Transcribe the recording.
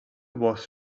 was